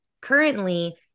currently